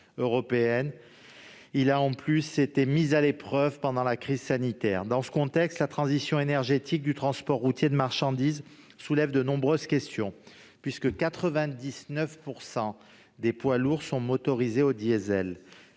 plus est, il a été mis à l'épreuve pendant la crise sanitaire. Dans ce contexte, la transition énergétique du transport routier de marchandises soulève de nombreuses questions. En effet, 99 % des poids lourds sont motorisés au diesel.